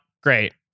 great